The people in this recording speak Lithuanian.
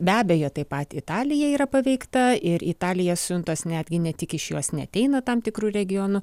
be abejo taip pat italija yra paveikta ir italija siuntos netgi ne tik iš jos neateina tam tikru regionu